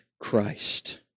Christ